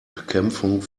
bekämpfung